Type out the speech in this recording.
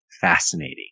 fascinating